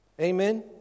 Amen